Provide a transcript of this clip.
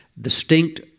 distinct